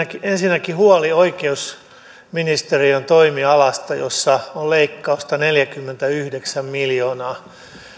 ensinnäkin huoli oikeusministeriön toimialasta jossa on leikkausta neljäkymmentäyhdeksän miljoonaa